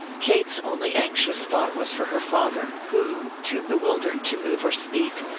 kate's only anxious thought was for her father, who, too bewildered to move or speak,